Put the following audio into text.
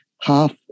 half